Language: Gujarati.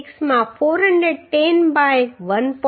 6 માં 410 બાય 1